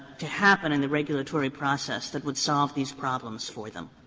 to happen in the regulatory process that would solve these problems for them?